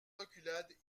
reculades